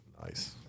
nice